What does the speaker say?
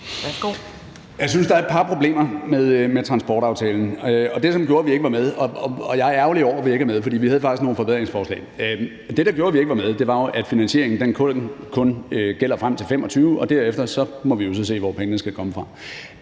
Jeg synes, der er et par problemer med transportaftalen. Jeg er ærgerlig over, at vi ikke er med, for vi havde faktisk nogle forbedringsforslag. Men det, der gør, at vi ikke er med, er jo, at finansieringen kun gælder frem til 2025, og at vi derefter så må se, hvor pengene skal komme fra.